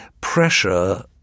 pressure